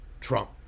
Trump